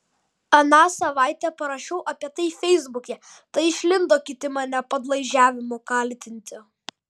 aną savaitę parašiau apie tai feisbuke tai išlindo kiti mane padlaižiavimu kaltinti